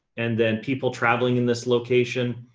and then people traveling in this location,